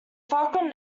falcon